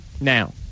Now